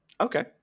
okay